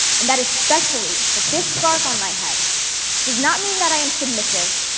and that especially, that this scarf on my head does not mean that i am submissive,